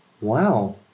Wow